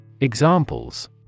Examples